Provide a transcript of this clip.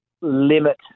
limit